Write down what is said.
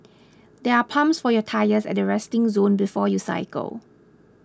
there are pumps for your tyres at the resting zone before you cycle